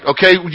Okay